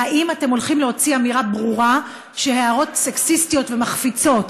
והאם אתם הולכים להוציא הוראה ברורה שהערות סקסיסטיות ומחפיצות,